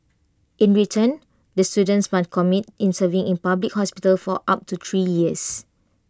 in return the students must commit in serving in public hospitals for up to three years